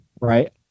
right